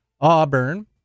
Auburn